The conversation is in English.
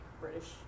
British